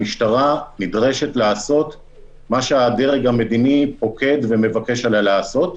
המשטרה נדרשת לעשות מה שהדרג המדיני פוקד עליה ומבקש ממנה לעשות.